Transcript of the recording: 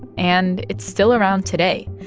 and it's still around today.